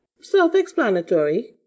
Self-explanatory